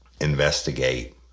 investigate